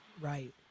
Right